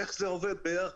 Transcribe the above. איך זה עובד ביחד?